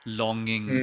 longing